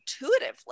intuitively